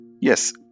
Yes